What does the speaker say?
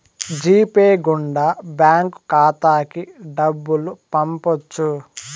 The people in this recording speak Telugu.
జీ పే గుండా బ్యాంక్ ఖాతాకి డబ్బులు పంపొచ్చు